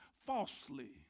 falsely